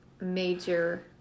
major